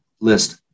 list